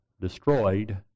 destroyed